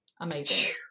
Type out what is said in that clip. Amazing